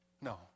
No